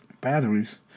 batteries